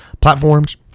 platforms